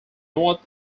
north